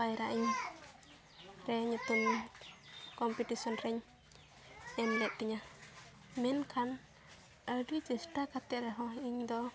ᱯᱟᱭᱨᱟᱜ ᱤᱧ ᱨᱮ ᱧᱩᱛᱩᱢ ᱠᱚᱢᱯᱤᱴᱤᱥᱮᱱ ᱨᱮᱧ ᱮᱢ ᱞᱮᱫ ᱛᱤᱧᱟᱹ ᱢᱮᱱᱠᱷᱟᱱ ᱟᱹᱰᱤ ᱪᱮᱥᱴᱟ ᱠᱟᱛᱮ ᱨᱮᱦᱚᱸ ᱤᱧᱫᱚ